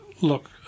Look